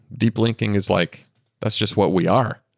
deep linking is like that's just what we are.